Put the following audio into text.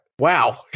Wow